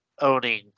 owning